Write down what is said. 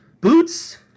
Boots